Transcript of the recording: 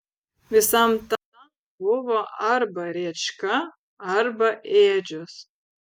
visam tam buvo arba rėčka arba ėdžios